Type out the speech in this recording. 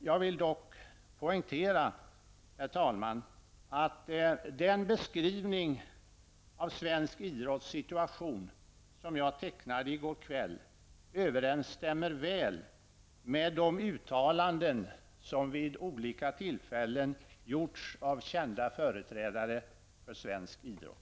Jag vill dock poängtera att den beskrivning av situationen för svensk idrott som jag tecknade i går kväll väl överensstämmer med de uttalanden som vid olika tillfällen har gjorts av kända företrädare för svensk idrott.